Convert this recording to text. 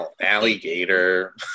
alligator